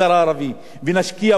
ונשפר את התשתיות שם,